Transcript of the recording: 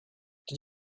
did